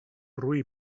roí